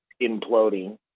imploding